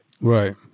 Right